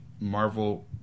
Marvel